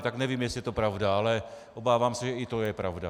Tak nevím, jestli je to pravda, ale obávám se, že i to je pravda.